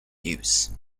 use